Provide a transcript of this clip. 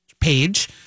page